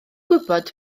gwybod